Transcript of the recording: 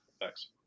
Thanks